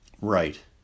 Right